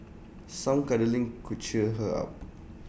some cuddling could cheer her up